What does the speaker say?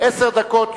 עשר דקות,